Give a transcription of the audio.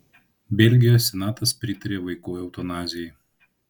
belgijos senatas pritarė vaikų eutanazijai